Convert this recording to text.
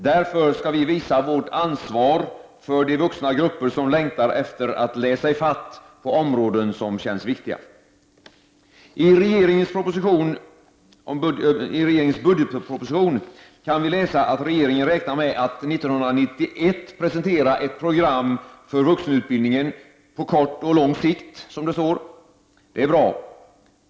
Därför skall vi visa vårt ansvar för de vuxna grupper som längtar efter att ”läsa i fatt” på områden som känns viktiga. I regeringens budgetproposition kan vi läsa att regeringen räknar med att 1991 presentera ett program för vuxenutbildningen ”på kort och lång sikt”, som det står. Det är bra.